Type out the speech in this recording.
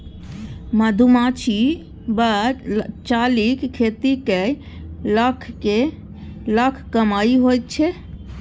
मधुमाछी वा चालीक खेती कए लाखक लाख कमाई होइत छै